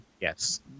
yes